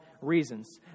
reasons